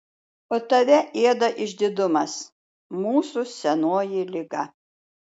o tave ėda išdidumas mūsų senoji liga